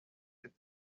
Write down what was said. with